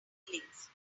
feelings